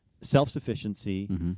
self-sufficiency